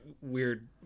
weird